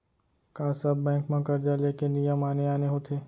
का सब बैंक म करजा ले के नियम आने आने होथे?